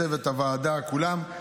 לצוות הוועדה כולם,